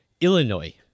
Illinois